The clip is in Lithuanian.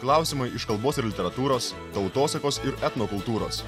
klausimai iš kalbos ir literatūros tautosakos etnokultūros